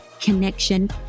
connection